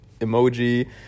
emoji